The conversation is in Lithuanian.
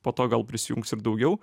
po to gal prisijungs ir daugiau